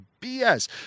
BS